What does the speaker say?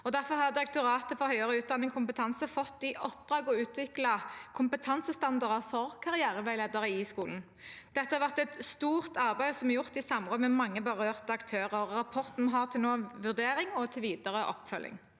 Derfor har Direktoratet for høyere utdanning og kompetanse fått i oppdrag å utvikle kompetansestandarder for karriereveiledning i skolen. Dette har vært et stort arbeid som er gjort i samråd med mange berørte aktører. Rapporten er nå til vurdering og videre oppfølging.